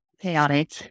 chaotic